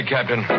Captain